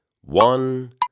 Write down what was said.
one